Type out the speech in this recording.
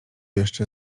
jeszcze